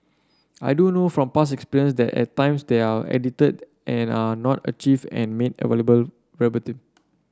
I do know from past experience that at times they are edited and are not archived and made available verbatim